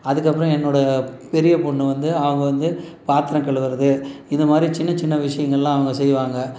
அதுக்கப்புறம் என்னுடைய பெரிய பொண்ணு வந்து அவங்க வந்து பாத்திரம் கழுவுறது இந்த மாதிரி சின்ன சின்ன விஷயங்கள்லாம் அவங்க செய்வாங்க